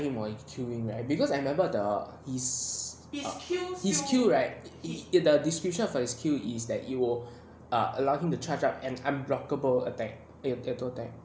him or kill him right because I remembered his his kill right he the description for his kill is that it will err allow him to charge up an unblockable attack unable to attack